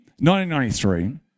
1993